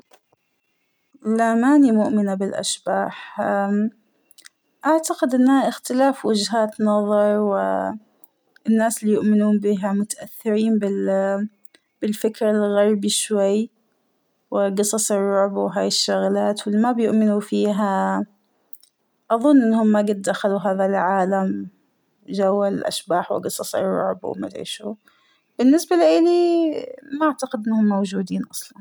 لا مأنى مؤمنة بالأشباح اام- أعتقد إنها إختلاف وجهات نظر وا- الناس اللى يؤمنون بيها متأثرين بال -بالفكر الغربى شوى وقصص الرعب وهاى الشغلات واللى ما بيامنوا فيها أظن إنهم ما جت دخلوا هذا العالم ، جو الأشباح وقصص الرعب ومادرى شو ، بالنسبة لإلى ما أعتقد إنهم موجودين أصلاً.